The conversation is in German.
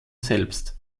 selbst